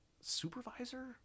supervisor